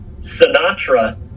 Sinatra